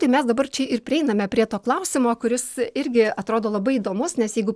tai mes dabar čia ir prieiname prie to klausimo kuris irgi atrodo labai įdomus nes jeigu